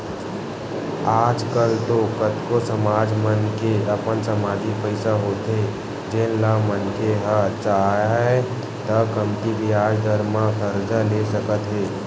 आज कल तो कतको समाज मन के अपन समाजिक पइसा होथे जेन ल मनखे ह चाहय त कमती बियाज दर म करजा ले सकत हे